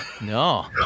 no